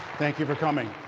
thank you for coming.